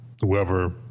whoever